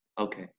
okay